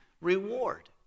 reward